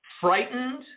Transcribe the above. Frightened